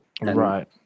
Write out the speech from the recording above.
Right